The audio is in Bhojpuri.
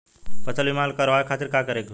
फसल बीमा करवाए खातिर का करे के होई?